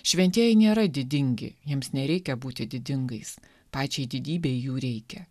šventieji nėra didingi jiems nereikia būti didingais pačiai didybei jų reikia